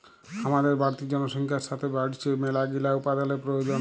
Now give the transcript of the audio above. হামাদের বাড়তি জনসংখ্যার সাতে বাইড়ছে মেলাগিলা উপাদানের প্রয়োজন